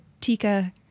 Tika